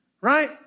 right